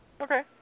Okay